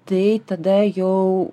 tai tada jau